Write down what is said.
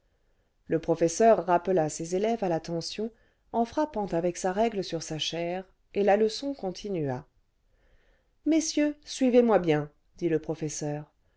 le professeur rappela ses élèves à l'attention en frappant avec sa règle sur sa chaire et la leçon continua ce messieurs suivez-moi bien dit le professeur